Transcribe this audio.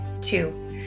Two